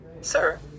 Sir